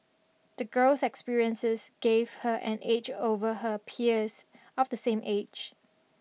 the girl's experiences gave her an edge over her peers of the same age